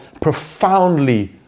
profoundly